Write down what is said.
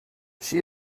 she